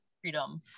freedom